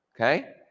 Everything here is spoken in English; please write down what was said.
Okay